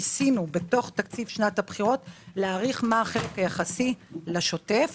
בתוך תקציב שנת הבחירות ניסינו להעריך מה החלק היחסי לשוטף.